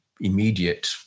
immediate